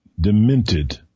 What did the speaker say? demented